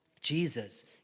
Jesus